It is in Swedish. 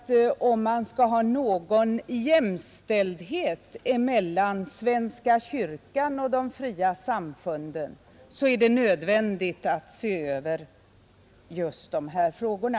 Om det skall vara jämställdhet mellan svenska kyrkan och de fria samfunden, är det nödvändigt att se över de här frågorna.